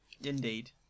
Indeed